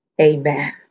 Amen